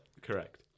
Correct